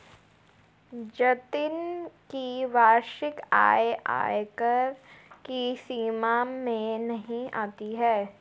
जतिन की वार्षिक आय आयकर की सीमा में नही आती है